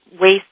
waste